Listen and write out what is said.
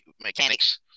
mechanics